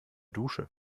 dusche